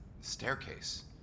Staircase